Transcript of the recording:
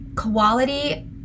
quality